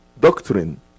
doctrine